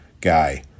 guy